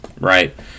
Right